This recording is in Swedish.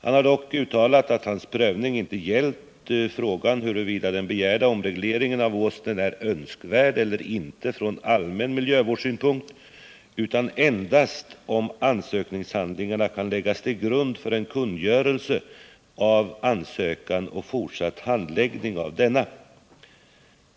Han har dock uttalat att hans prövning inte gällt frågan huruvida den begärda omregleringen av Åsnen är önskvärd eller inte från allmän miljövårdssynpunkt utan endast om ansökningshandlingarna kan läggas till grund för en kungörelse av ansökan och fortsatt handläggning av denna.